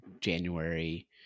January